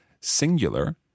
singular